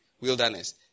wilderness